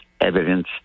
evidence